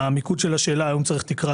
המיקוד של השאלה הוא האם צריך תקרה,